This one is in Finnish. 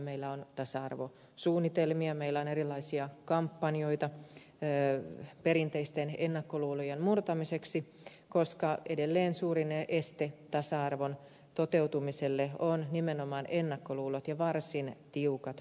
meillä on tasa arvosuunnitelmia meillä on erilaisia kampanjoita perinteisten ennakkoluulojen murtamiseksi koska edelleen suurin este tasa arvon toteutumiselle ovat nimenomaan ennakkoluulot ja varsin tiukat roolimallit